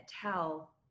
tell